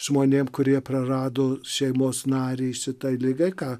žmonėm kurie prarado šeimos narį šitai loigai ką